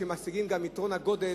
משיגים גם את יתרון הגודל,